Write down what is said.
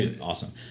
Awesome